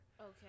Okay